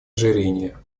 ожирения